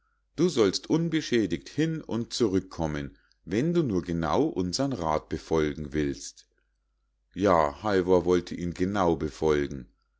du sollst unbeschädigt hin und zurückkommen wenn du nur genau unsern rath befolgen willst ja halvor wollte ihn genau befolgen